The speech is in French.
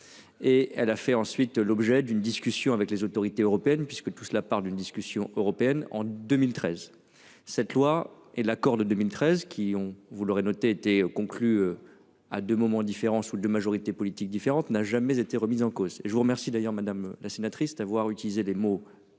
Et elle a fait ensuite l'objet d'une discussion avec les autorités européennes puisque tout cela part d'une discussion européenne en 2013. Cette loi et l'accord de 2013 qui ont, vous l'aurez noté, été conclu. À deux moments différents sous de majorité politique différente, n'a jamais été remise en cause. Je vous remercie d'ailleurs madame la sénatrice d'avoir utilisé les mots